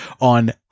on